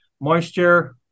Moisture